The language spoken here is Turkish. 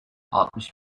altmış